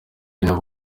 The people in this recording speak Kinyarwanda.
ngo